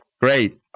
Great